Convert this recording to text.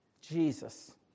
Jesus